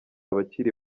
abakiri